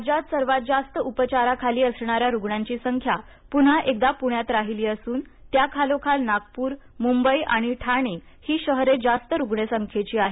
राज्यात सर्वात जास्त उपचाराखाली असणाऱ्या रुग्णांची संख्या पुन्हा एकदा पुण्यात राहिली असून त्याखालोखाल नागपूर मुंबई आणि ठाणे ही शहरे जास्त रुग्णसंख्येची आहेत